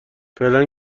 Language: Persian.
فعلا